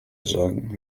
sagen